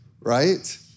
Right